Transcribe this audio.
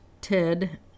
Ted